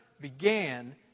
began